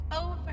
over